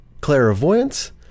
Clairvoyance